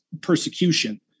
persecution